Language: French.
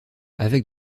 avec